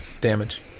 damage